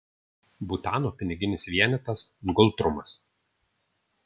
butano piniginis vienetas ngultrumas